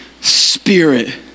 spirit